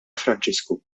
franġisku